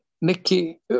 Nikki